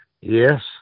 Yes